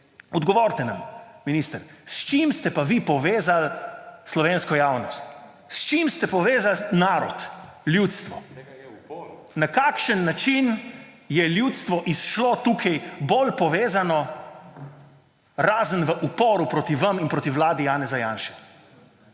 Odgovorite nam, minister, s čim ste pa vi povezali slovensko javnost? S čim ste povezali narod, ljudstvo? Na kakšen način je ljudstvo izšlo tukaj bolj povezano, razen v uporu proti vam in proti vladi Janeza Janše?